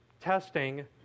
testing